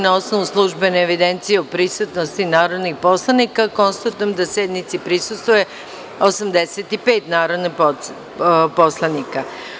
Na osnovu službene evidencije o prisutnosti narodnih poslanika, konstatujem da sednici prisustvuje 85 narodni poslanik.